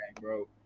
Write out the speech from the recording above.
bro